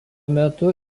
metu